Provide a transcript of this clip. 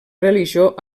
religió